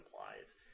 implies